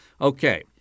Okay